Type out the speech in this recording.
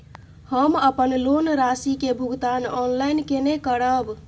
हम अपन लोन राशि के भुगतान ऑनलाइन केने करब?